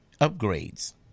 upgrades